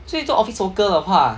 最多 office worker 的话